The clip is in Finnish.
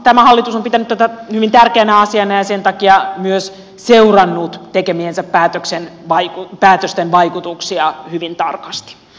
tämä hallitus on pitänyt tätä hyvin tärkeänä asiana ja sen takia myös seurannut tekemiensä päätösten vaikutuksia hyvin tarkasti